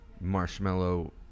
marshmallow